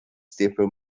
stiffer